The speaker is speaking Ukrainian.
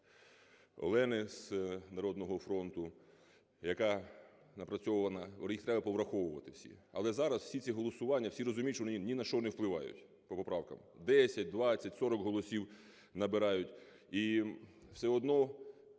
Олени з "Народного фронту", яка напрацьована, їх треба повраховувати всі. Але зараз всі ці голосування, всі розуміють, що вони ні на що не впливають по поправках, 10, 20, 40 голосів набирають.